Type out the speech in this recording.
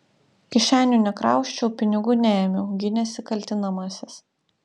kišenių nekrausčiau pinigų neėmiau gynėsi kaltinamasis